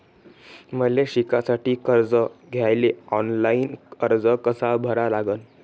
मले शिकासाठी कर्ज घ्याले ऑनलाईन अर्ज कसा भरा लागन?